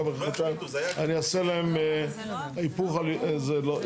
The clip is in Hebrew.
עכשיו אחרי חודשיים אני אעשה להם היפוך מגמה?